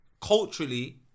culturally